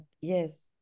yes